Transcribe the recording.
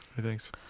thanks